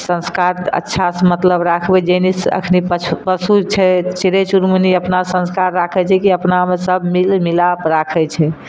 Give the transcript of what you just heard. संस्कार अच्छासँ मतलब राखबय जे नहि अखनी पशु छै चिड़य चुनमुनी अपना संस्कार राखय छै की अपनामे सब मिल मिलाके राखय छै